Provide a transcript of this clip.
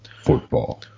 Football